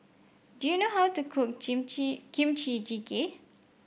do you know how to cook Kimchi Jjigae